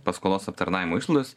paskolos aptarnavimo išlaidos